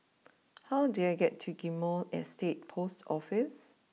how do I get to Ghim Moh Estate post Office